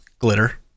glitter